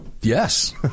Yes